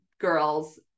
girls